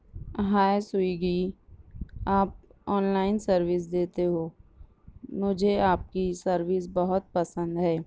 ہائے سویگی آپ online service دیتے ہو مجھے آپ کی سروس بہت پسند ہے